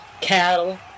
cattle